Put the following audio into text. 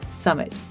summit